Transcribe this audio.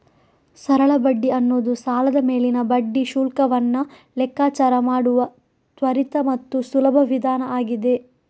ಸರಳ ಬಡ್ಡಿ ಅನ್ನುದು ಸಾಲದ ಮೇಲಿನ ಬಡ್ಡಿ ಶುಲ್ಕವನ್ನ ಲೆಕ್ಕಾಚಾರ ಮಾಡುವ ತ್ವರಿತ ಮತ್ತು ಸುಲಭ ವಿಧಾನ ಆಗಿದೆ